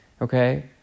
okay